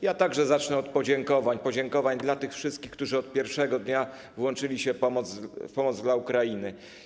Ja także zacznę od podziękowań dla tych wszystkich, którzy od pierwszego dnia włączyli się w pomoc dla Ukrainy.